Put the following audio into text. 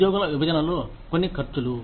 ఉద్యోగుల విభజనలో కొన్ని ఖర్చులు